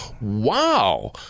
wow